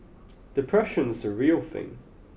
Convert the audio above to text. depression is a real thing